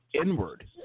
inward